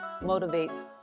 Motivates